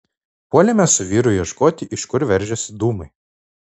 puolėme su vyru ieškoti iš kur veržiasi dūmai